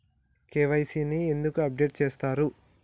KYC ని ఎందుకు update చేత్తరు?